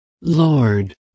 Lord